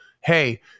hey